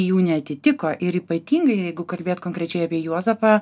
jų neatitiko ir ypatingai jeigu kalbėt konkrečiai apie juozapą